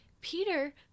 Peter